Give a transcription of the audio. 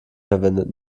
verwendet